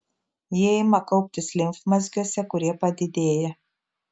jie ima kauptis limfmazgiuose kurie padidėja